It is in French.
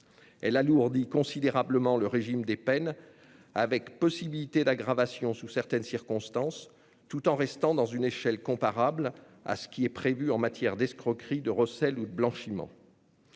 Elle alourdit considérablement le régime des peines et rend possible leur aggravation dans certaines circonstances, tout en restant dans une échelle comparable à ce qui est prévu en matière d'escroquerie, de recel ou de blanchiment.